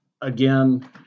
Again